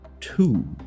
two